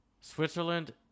Switzerland